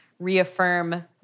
reaffirm